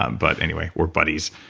um but anyway, we're buddies,